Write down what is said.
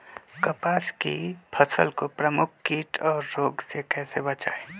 कपास की फसल को प्रमुख कीट और रोग से कैसे बचाएं?